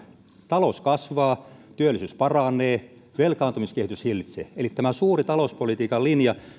talous kasvaa työllisyys paranee velkaantumiskehitystä hillitään eli tämä talouspolitiikan suuri linja